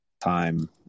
time